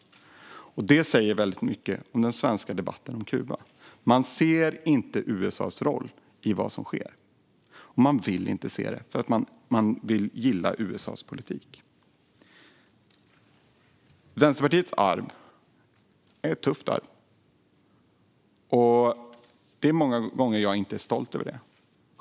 Det säger väldigt mycket om den svenska debatten om Kuba: Man ser inte USA:s roll i vad som sker, och man vill inte se det. Man vill nämligen gilla USA:s politik. Vänsterpartiets arv är tufft, och det är många gånger jag inte är stolt över det.